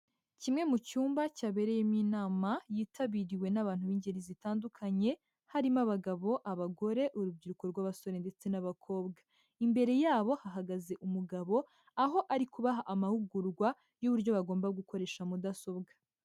Kimwe mu cyumba cyabereyemo inama, yitabiriwe n'abantu b'ingeri zitandukanye, harimo abagabo, abagore, urubyiruko rw'abasore ndetse n'abakobwa. Imbere yabo hahagaze umugabo, aho ari kubaha amahugurwa y'uburyo bagomba gukoresha mudasobwa.